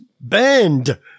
band